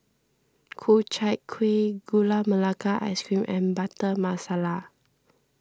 Ku Chai Kuih Gula Melaka Ice Cream and Butter Masala